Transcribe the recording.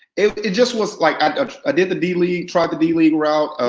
it it just was like i did the d league tried to d league route.